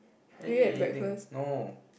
you never eat anything no